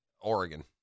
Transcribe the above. Oregon